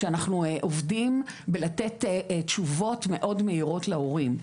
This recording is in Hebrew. שאנחנו עובדים בלתת תשובות מאוד מהירות להורים,